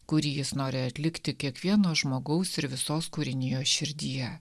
kurį jis nori atlikti kiekvieno žmogaus ir visos kūrinijos širdyje